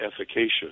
efficacious